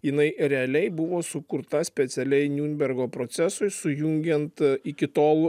jinai realiai buvo sukurta specialiai niurnbergo procesui sujungiant iki tol